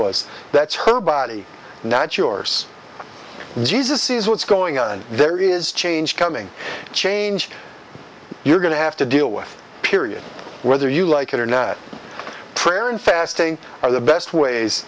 was that's her body not yours jesus is what's going on there is change coming change you're going to have to deal with period whether you like it or not true aaron fasting are the best ways